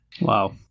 Wow